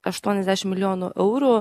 aštuoniasdešim milijonų eurų